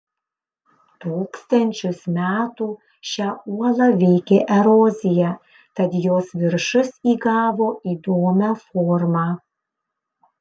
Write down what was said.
tūkstančius metų šią uolą veikė erozija tad jos viršus įgavo įdomią formą